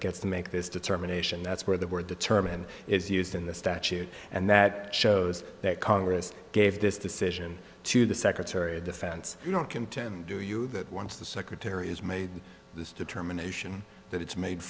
gets to make this determination that's where the word determined is used in the statute and that shows that congress gave this decision to the secretary of defense you don't contend do you that once the secretary has made this determination that it's made